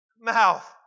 mouth